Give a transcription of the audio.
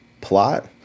plot